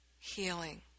healing